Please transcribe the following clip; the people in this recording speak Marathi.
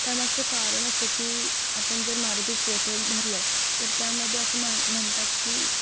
त्यामागचं कारण असं की आपण जर मारुतीस्तोत्र धरलं तर त्यामध्ये असं म्हण म्हणतात की